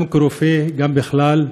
גם כרופא, גם בכלל.